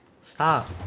stop